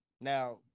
Now